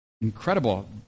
incredible